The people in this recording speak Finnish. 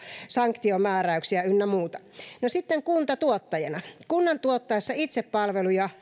sanktiomääräyksiä ynnä muuta no sitten kunta tuottajana kunnan tuottaessa itse palveluja